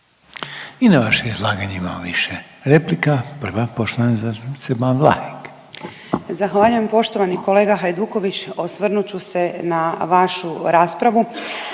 I na vaše izlaganje imamo više replika, prva je poštovane zastupnice Ban Vlahek. **Ban, Boška (SDP)** Zahvaljujem. Poštovani kolega Hajduković. Osvrnut ću se na vašu raspravu,